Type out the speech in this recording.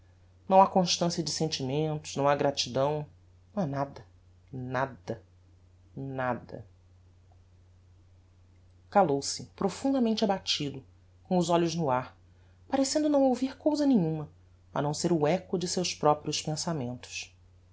não ha constância de sentimentos não ha gratidão não ha nada nada nada calou-se profundamente abatido com os olhos no ar parecendo não ouvir cousa nenhuma a não ser o echo de seus proprios pensamentos